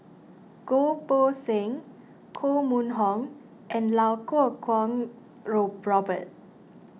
Goh Poh Seng Koh Mun Hong and Iau Kuo Kwong row Robert